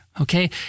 okay